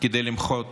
כדי למחות